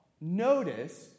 notice